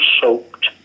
soaked